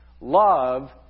love